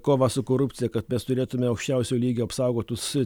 kovą su korupcija kad mes turėtume aukščiausio lygio apsaugotus